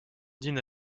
dîne